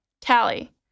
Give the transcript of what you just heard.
Tally